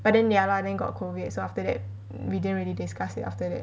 but then ya lah then got COVID so after that we didn't really discuss it after that